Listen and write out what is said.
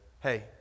hey